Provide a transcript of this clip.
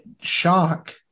shock